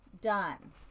done